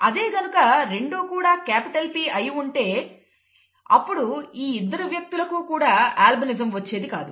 అదే గనుక రెండు కూడా క్యాపిటల్ P అయి ఉంటే అప్పుడు ఈ ఇద్దరు వ్యక్తులకు కూడా అల్బినిజం వచ్చేది కాదు